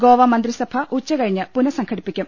ഗോവ മന്ത്രിസഭ ഉച്ചകഴിഞ്ഞ് പുനസംഘടിപ്പിക്കും